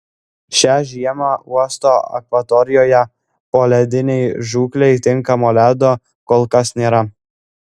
šią žiemą uosto akvatorijoje poledinei žūklei tinkamo ledo kol kas nėra